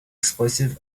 explosive